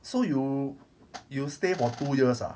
so you you stay for two years ah